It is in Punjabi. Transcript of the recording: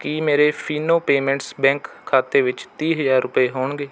ਕੀ ਮੇਰੇ ਫਿਨੋ ਪੇਮੈਂਟਸ ਬੈਂਕ ਖਾਤੇ ਵਿੱਚ ਤੀਹ ਹਜ਼ਾਰ ਰੁਪਏ ਹੋਣਗੇ